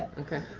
okay.